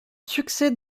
succès